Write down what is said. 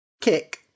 Kick